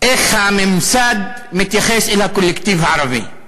איך הממסד מתייחס אל הקולקטיב הערבי.